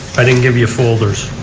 i didn't give you folders.